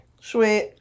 Sweet